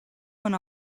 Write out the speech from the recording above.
one